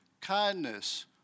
kindness